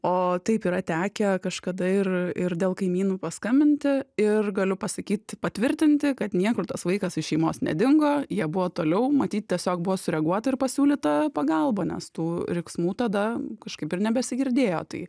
o taip yra tekę kažkada ir ir dėl kaimynų paskambinti ir galiu pasakyt patvirtinti kad niekur tas vaikas iš šeimos nedingo jie buvo toliau matyt tiesiog buvo sureaguota ir pasiūlyta pagalba nes tų riksmų tada kažkaip ir nebesigirdėjo tai